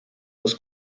das